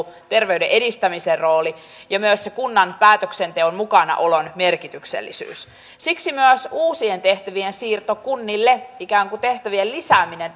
terveyden edistämisen roolia ja myös sitä kunnan päätöksenteon mukanaolon merkityksellisyyttä siksi myös uusien tehtävien siirto kunnille ikään kuin tehtävien lisääminen